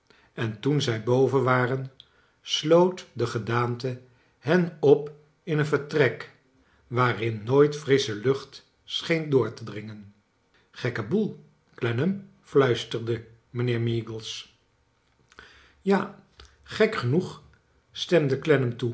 en toen zij boven waren sloot de gedaante hen op in een vertrek waarin nooit frissche lucht scheen door te dringen gekke boel clennam fluisterde mijnheer meagles ja gek genoeg stemde